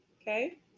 Okay